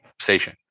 station